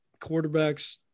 quarterbacks